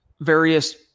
various